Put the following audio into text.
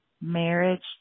marriage